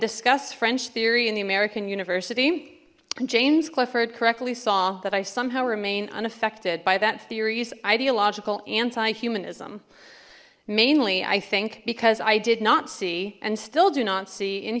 disgust french theory in the american university james clifford correctly saw that i somehow remain unaffected by that theories ideological anti humanism mainly i think because i did not see and still do not see in